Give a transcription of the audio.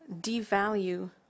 devalue